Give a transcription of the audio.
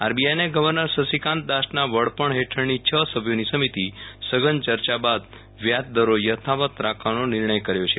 આરબીઆઈના governor Shaktikanta દાસના વડપણ હેઠળની છ સભ્યોની સમિતિ સઘન ચર્ચા બાદ વ્યાજદરો યથાવત રાખવાનો નિર્ણય કર્યો છે